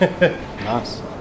Nice